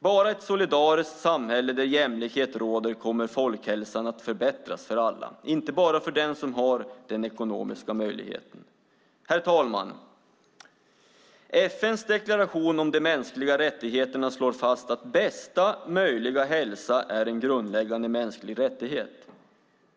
Bara i ett solidariskt samhälle där jämlikhet råder kommer folkhälsan att förbättras för alla och inte bara för dem som har den ekonomiska möjligheten. Herr talman! FN:s deklaration om de mänskliga rättigheterna slår fast att bästa möjliga hälsa är en grundläggande mänsklig rättighet.